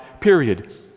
period